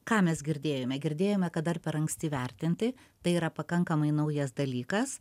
ką mes girdėjome girdėjome kad dar per anksti vertinti tai yra pakankamai naujas dalykas